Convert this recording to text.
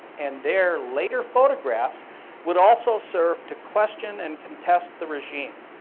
and there, later photographs would also serve to question and contest the regime.